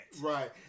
Right